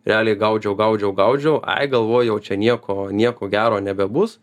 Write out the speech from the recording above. realiai gaudžiau gaudžiau gaudžiau ai galvoju jau čia nieko nieko gero nebebus